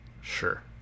Sure